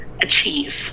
achieve